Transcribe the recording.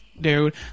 dude